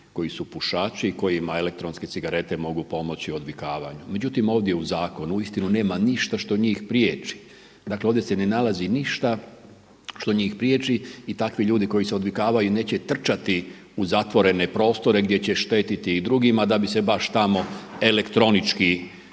koji su pušači i kojima elektronske cigarete mogu pomoći odvikavanju. Međutim, ovdje u zakonu uistinu nema ništa što njih priječi. Dakle ovdje se ne nalazi ništa što njih priječi i takvi ljudi koji se odvikavaju neće trčati u zatvorene prostore gdje će štetiti i drugima da bi se baš tamo elektronički